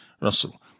Russell